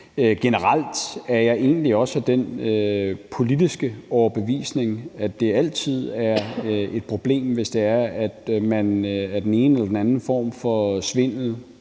Generelt er jeg egentlig også af den politiske overbevisning, at det altid er et problem, hvis det er, at man, om det er den ene eller anden form for svindel,